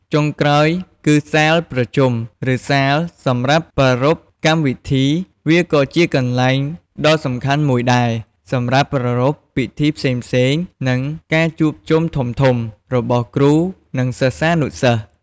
ចុងក្រោយគឺ សាលប្រជុំ ឬសាលសម្រាប់ប្រារព្ធកម្មវិធី វាក៏ជាកន្លែងដ៏សំខាន់មួយដែរ សម្រាប់ប្រារព្ធពិធីផ្សេងៗ និងការជួបជុំធំៗ របស់គ្រូ និងសិស្សានុសិស្ស។